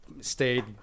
stayed